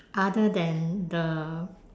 other than the